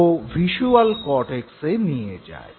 ও visual কর্টেক্সে নিয়ে যায়